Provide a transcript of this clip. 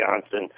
Johnson